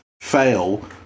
fail